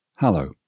Hello